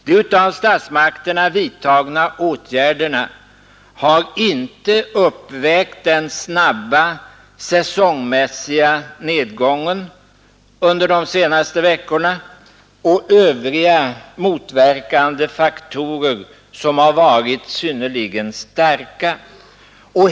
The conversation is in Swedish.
De av statsmakterna vidtagna åtgärderna har inte uppvägt den snabba säsongmässiga nedgången under de senaste veckorna, och övriga motverkande faktorer har varit synnerligen starka.